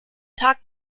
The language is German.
tag